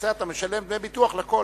אתה משלם דמי ביטוח לכול.